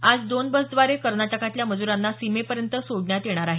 आज दोन बसद्वारे कर्नाटकातल्या मज्रांना सीमेपर्यंत सोडण्यात येणार आहे